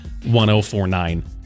1049